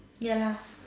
ya lah